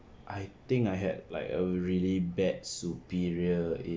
I think I had like a really bad superior in